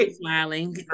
smiling